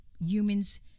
humans